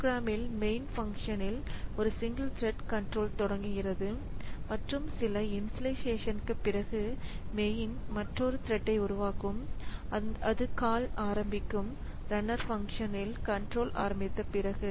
ப்ரோக்ராம்ல் main பங்ஷனில் ஒரு single thread control தொடங்குகிறது மற்றும் சில இனிசிலைசேஷன்க்கு பிறகு மெயின் மற்றொரு த்ரெட்டை உருவாக்கும் அது கால் ஆரம்பிக்கும் ரன்னர் பங்ஷனில் கண்ட்ரோல் ஆரம்பித்த பிறகு